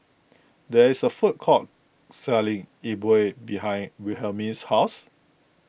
there is a food court selling E Bua behind Wilhelmine's house